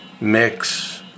mix